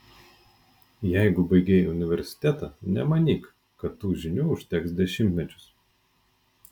jeigu baigei universitetą nemanyk kad tų žinių užteks dešimtmečius